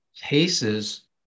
cases